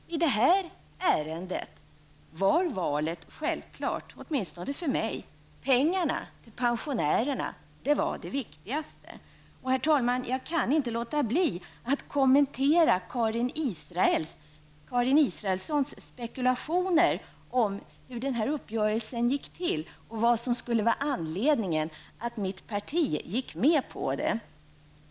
I det här avseendet var valet självklart, åtminstone för mig. Pengarna till pensionärerna var det viktigaste. Herr talman! Jag kan inte låta bli att kommentera Karin Israelssons spekulationer om hur den här uppgörelsen gick till och vad som skulle vara anledningen till att mitt parti gick med på den.